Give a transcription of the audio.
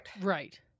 Right